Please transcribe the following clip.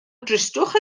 dristwch